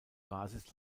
basis